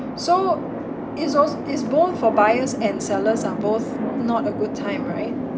so it's als~ it's both for buyers and sellers are both not a good time right